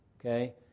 Okay